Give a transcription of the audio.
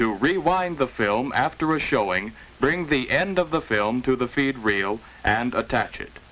to rewind the film after a showing bring the end of the film to the field radio and attach it